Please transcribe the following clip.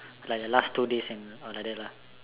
like the last two day and or like that lah